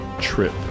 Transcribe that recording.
trip